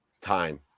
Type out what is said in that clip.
Time